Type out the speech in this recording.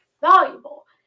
valuable